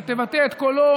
שתבטא את קולו